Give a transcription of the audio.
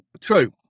True